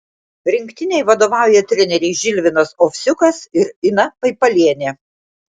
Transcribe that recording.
rinktinei vadovauja treneriai žilvinas ovsiukas ir ina paipalienė